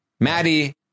maddie